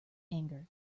anger